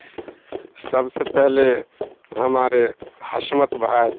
سب سے پہلے ہمارے حشمت بھائی